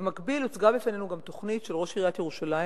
במקביל הוצגה בפנינו גם תוכנית של ראש עיריית ירושלים,